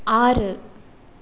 ஆறு